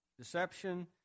Deception